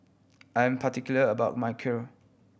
I'm particular about my Kheer